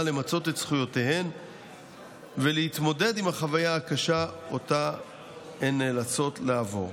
למצות את זכויותיהם ולהתמודד עם החוויה הקשה שהם נאלצים לעבור.